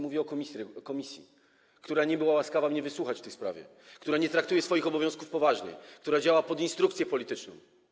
Mówię o komisji, która nie była łaskawa mnie wysłuchać w tej sprawie, która nie traktuje swoich obowiązków poważnie, która działa pod instrukcję polityczną.